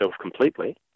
completely